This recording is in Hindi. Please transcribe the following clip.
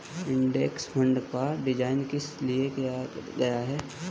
इंडेक्स फंड का डिजाइन किस लिए किया गया है?